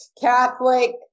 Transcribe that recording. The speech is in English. Catholic